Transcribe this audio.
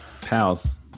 Pals